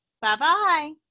Bye-bye